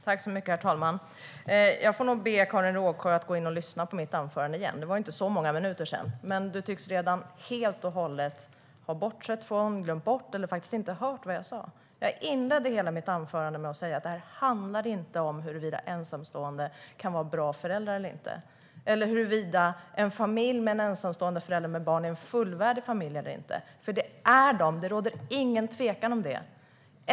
Herr talman! Jag får nog be Karin Rågsjö att gå in och lyssna på mitt anförande igen. Det var ju inte så många minuter sedan som jag höll det, men du tycks redan helt och hållet ha bortsett från, glömt bort eller inte hört vad jag sa. Jag inledde mitt anförande med att säga att det här inte handlar om huruvida ensamstående kan vara bra föräldrar eller inte eller huruvida en familj med en ensamstående förälder med barn är en fullvärdig familj eller inte, för det är de. Det råder ingen tvekan om det.